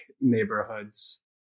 neighborhoods